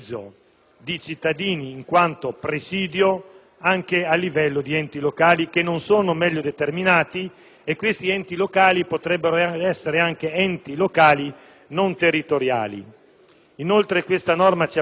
anche a livello di enti locali, che non sono meglio determinati; questi potrebbero essere anche enti locali non territoriali. La norma, inoltre, ci appare in contrasto con l'articolo 13 della Costituzione